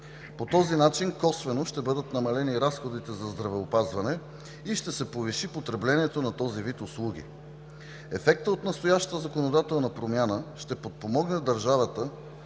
По този начин косвено ще бъдат намалени разходите за здравеопазване и ще се повиши потреблението на този вид услуги. Ефектът от настоящата законодателна промяна ще подпомогне държавната,